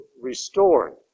restored